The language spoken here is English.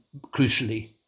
crucially